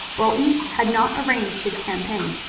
bolton had not arranged his campaign,